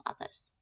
others